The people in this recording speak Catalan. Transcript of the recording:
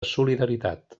solidaritat